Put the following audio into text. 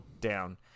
down